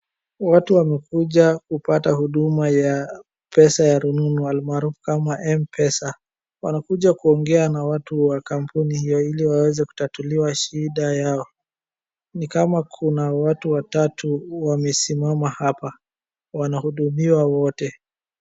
Watu wamekuja kupata huduma ya pesa ya rununu almaarufu kama M-PESA. Wanakuja kuongea na watu wa kampuni hio ili waweze kutatuliwa shida yao. Ni kama kuna watu watatu wamesimama hapa wanahudumiwa wote.